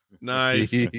Nice